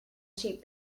cheap